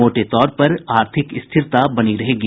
मोटे तौर पर आर्थिक स्थिरता बनी रहेगी